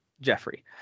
Jeffrey